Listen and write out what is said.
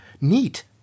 neat